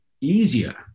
easier